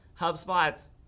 HubSpot's